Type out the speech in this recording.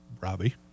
Robbie